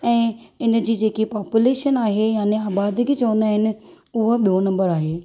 ऐं इनजी जेकी पापूलेशन आहे याने आबादगी चवंदा आहिनि उहा बि॒यो नंबर आहे